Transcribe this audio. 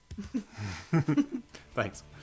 Thanks